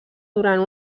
durant